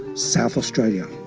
south australia.